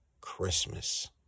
Christmas